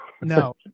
No